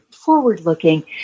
forward-looking